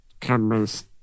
cameras